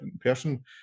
person